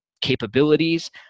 capabilities